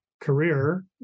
career